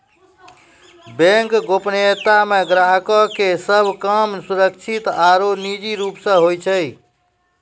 bank गोपनीयता मे ग्राहको के सभ काम सुरक्षित आरु निजी रूप से होय छै